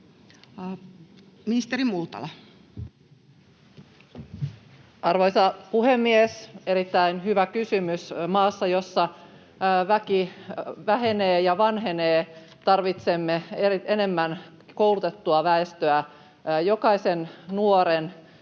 Content: Arvoisa puhemies! Erittäin hyvä kysymys. Maassa, jossa väki vähenee ja vanhenee, tarvitsemme enemmän koulutettua väestöä. Jokaisen nuoren tulisi